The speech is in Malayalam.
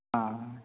ആ